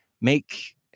make